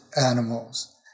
animals